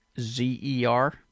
z-e-r